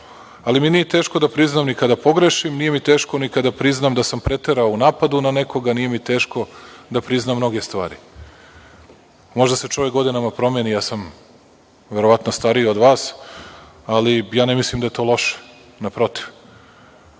Ali, nije mi teško da priznam ni kada pogrešim. Nije mi teško ni da priznam da sam preterao u napadu na nekoga. Nije mi teško da priznam mnoge stvari. Možda se čovek godinama promeni, ja sam verovatno stariji od vas, ali ja ne mislim da je to loše, naprotiv.